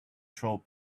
troll